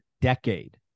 decade